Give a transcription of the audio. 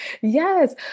yes